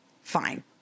Fine